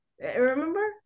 Remember